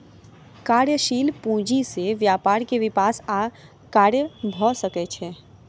कार्यशील पूंजी से व्यापार के विकास आ कार्य भ सकै छै